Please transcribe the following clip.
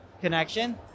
connection